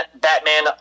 Batman